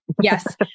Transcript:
yes